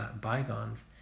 bygones